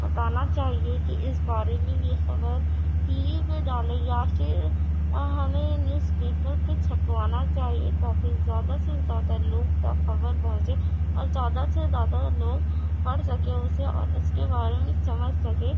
بتانا چاہیے کہ اِس بارے میں یہ خبر کیے ہوئے دعوے یا پھر ہمیں نیوز پیپر کے چھپوانا چاہیے تا کہ زیادہ سے زیادہ لوگ تک خبر پہنچے اور زیادہ سے زیادہ لوگ پڑھ سکیں اُسے اور اُس کے بارے میں سمجھ سکے